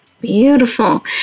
Beautiful